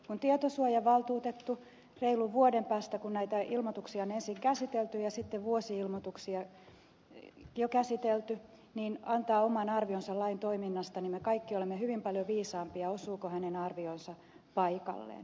kun tietosuojavaltuutettu reilun vuoden päästä kun näitä ilmoituksia on ensin käsitelty ja sitten vuosi ilmoituksia jo käsitelty antaa oman arvionsa lain toiminnasta niin me kaikki olemme hyvin paljon viisaampia sen suhteen osuuko hänen arvionsa paikalleen